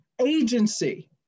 agency